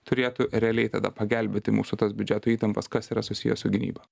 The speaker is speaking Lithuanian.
turėtų realiai tada pagelbėti mūsų tas biudžeto įtampas kas yra susiję su gynyba